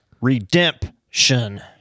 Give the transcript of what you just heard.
Redemption